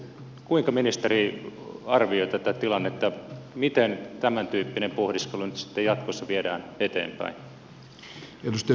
kuinka ministeri arvioi tätä tilannetta miten tämäntyyppinen pohdiskelu nyt sitten jatkossa viedään eteenpäin